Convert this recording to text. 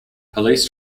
police